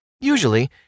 usually